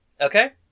Okay